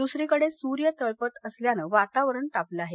दुसरीकडे सूर्य तळपत असल्यानं वातावरण तापलं आहे